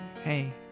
hey